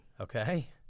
Okay